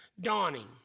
dawning